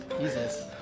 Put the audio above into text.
Jesus